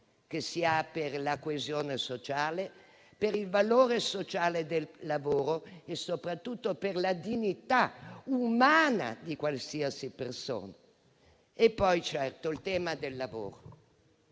che si ha per la coesione sociale, per il valore sociale del lavoro e soprattutto per la dignità umana di qualsiasi persona. Mi soffermo sul tema del lavoro.